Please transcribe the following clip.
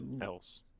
else